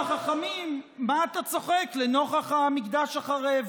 אומרים לו החכמים: מה אתה צוחק לנוכח המקדש החרב?